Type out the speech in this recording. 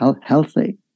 healthy